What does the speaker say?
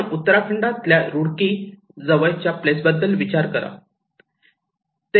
आपण उत्तराखंडातल्या रूडकी जवळ च्या प्लेस बद्दल विचार करा